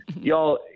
Y'all